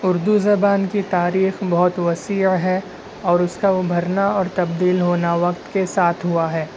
اردو زبان کی تاریخ بہت وسیع ہےاور اس کا ابھرنا اور تبدیل ہونا وقت کے ساتھ ہوا ہے